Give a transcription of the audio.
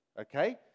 okay